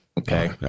Okay